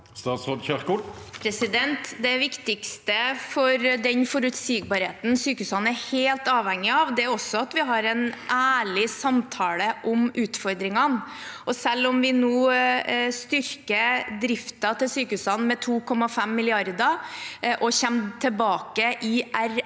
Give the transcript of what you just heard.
Det viktigste for forutsigbarheten som sykehusene er helt avhengig av, er også at vi har en ærlig samtale om utfordringene. Selv om vi nå styrker driften til sykehusene med 2,5 mrd. kr og kommer tilbake med